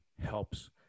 helps